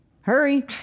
Hurry